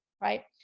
right